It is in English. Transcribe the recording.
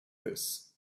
this